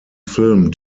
film